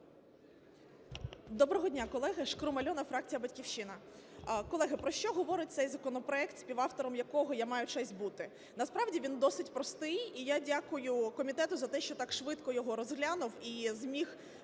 Доброго дня, колеги! Шкрум Альона, фракція "Батьківщина". Колеги, про що говорить цей законопроект, співавтором якого я маю честь бути? Насправді він досить простий, і я дякую комітету за те, що так швидко його розглянув і зміг винести